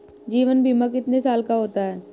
जीवन बीमा कितने साल का होता है?